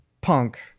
punk